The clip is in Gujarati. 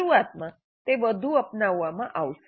શરૂઆતમાં આ વધુ અપનાવવામાં આવશે